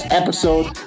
episode